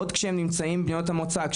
עוד כשהם נמצאים במדינות המוצא,